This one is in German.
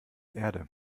erde